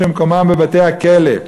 שמקומם בבתי-הכלא.